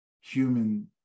human